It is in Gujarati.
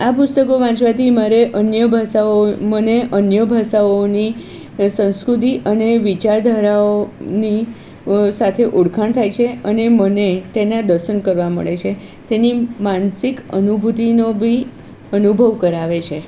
આ પુસ્તકો વાંચવાથી મારે અન્ય ભાષાઓ મને અન્ય ભાષાઓની સંસ્કૃતિ અને વિચારધારાઓની સાથે ઓળખાણ થાય છે અને મને તેનાં દર્શન કરવા મળે છે તેની માનસિક અનુભૂતિનો બી અનુભવ કરાવે છે